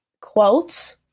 quotes